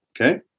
Okay